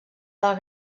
del